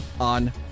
on